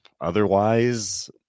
Otherwise